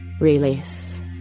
Release